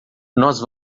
nós